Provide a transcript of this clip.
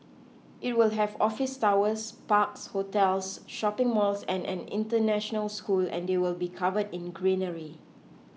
it will have office towers parks hotels shopping malls and an international school and they will be covered in greenery